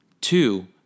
two